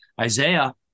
Isaiah